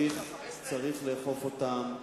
צריך לאכוף אותן, והאחריות היא שלך.